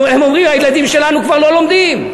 הם אומרים, הילדים שלנו כבר לא לומדים.